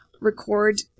record